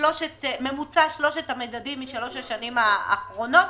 ממוצע שלושת המדדים משלוש השנים האחרונות,